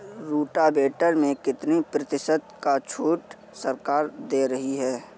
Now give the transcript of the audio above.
Rotavator में कितनी प्रतिशत का छूट सरकार दे रही है?